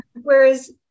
Whereas